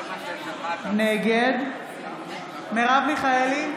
נגד מרב מיכאלי,